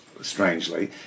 strangely